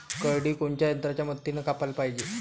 करडी कोनच्या यंत्राच्या मदतीनं कापाले पायजे?